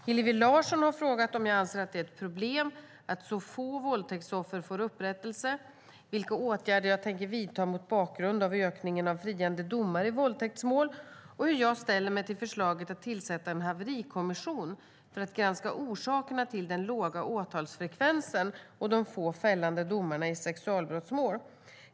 Hillevi Larsson har frågat om jag anser att det är ett problem att så få våldtäktsoffer får upprättelse, vilka åtgärder jag tänker vidta mot bakgrund av ökningen av friande domar i våldtäktsmål och hur jag ställer mig till förslaget att tillsätta en haverikommission för att granska orsakerna till den låga åtalsfrekvensen och de få fällande domarna i sexualbrottmål.